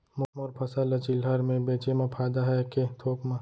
मोर फसल ल चिल्हर में बेचे म फायदा है के थोक म?